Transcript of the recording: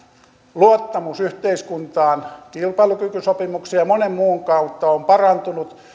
luottamus yhteiskuntaan kilpailukykysopimuksen ja monen muun kautta on parantunut